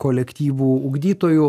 kolektyvų ugdytoju